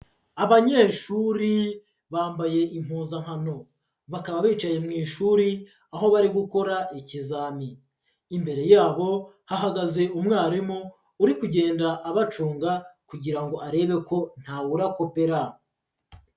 Abanyeshuri bambaye impuzankano, bakaba bicaye mu ishuri aho bari gukora ikizami, imbere yabo hahagaze umwarimu uri kugenda abacunga kugira ngo arebe ko ntawe urakopera.